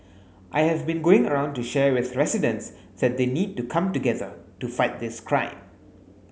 I have been going around to share with residents that they need to come together to fight this crime